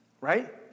right